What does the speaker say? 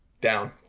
Down